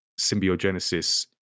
SymbioGenesis